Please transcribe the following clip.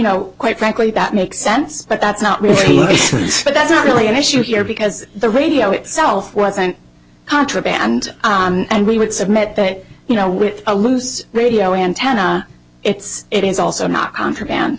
know quite frankly that makes sense but that's not really but that's not really an issue here because the radio itself wasn't contraband and we would submit that you know with a loose radio antenna it's it is also not contraband